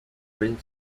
bring